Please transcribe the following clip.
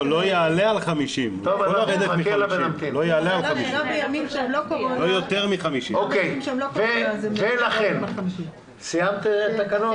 לא, לא יעלה על 50. סיימת את התקנות?